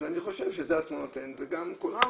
אז אני חושב שזה עצמו נותן וגם כולם